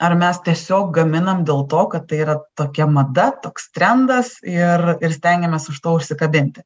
ar mes tiesiog gaminam dėl to kad tai yra tokia mada toks trendas ir ir stengiamės už to užsikabinti